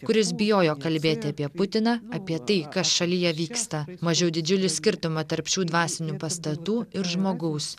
kuris bijojo kalbėti apie putiną apie tai kas šalyje vyksta mažiau didžiulį skirtumą tarp šių dvasinių pastatų ir žmogaus